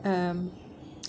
um